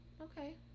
okay